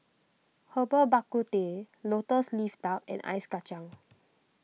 Herbal Bak Ku Teh Lotus Leaf Duck and Ice Kacang